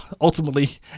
ultimately